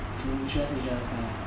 主要是因为他 lah